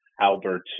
Albert